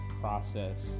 process